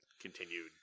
continued